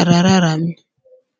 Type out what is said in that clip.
arararamye.